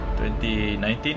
2019